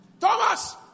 Thomas